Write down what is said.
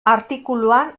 artikuluan